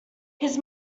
his